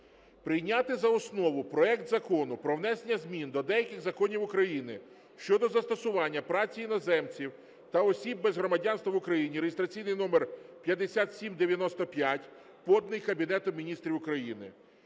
Прийняти за основу проект Закону про внесення змін до деяких законів України щодо застосування праці іноземців та осіб без громадянства в Україні (реєстраційний номер 5795), поданий Кабінетом Міністрів України.